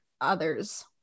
others